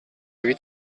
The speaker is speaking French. huit